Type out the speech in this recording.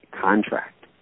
contract